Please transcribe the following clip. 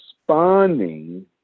responding